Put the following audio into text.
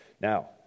Now